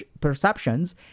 perceptions